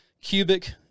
cubic –